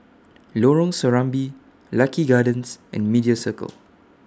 Lorong Serambi Lucky Gardens and Media Circle